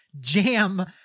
jam